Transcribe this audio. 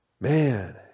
man